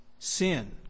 Sin